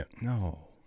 no